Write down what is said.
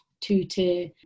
two-tier